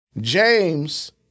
James